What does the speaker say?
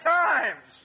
times